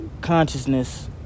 consciousness